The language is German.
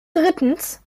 drittens